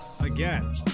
again